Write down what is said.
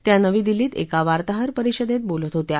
त्या नवी दिल्लीत एका वार्ताहर परिषदेत बोलत होत्या